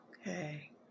Okay